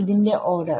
ന്റെ ഓർഡർ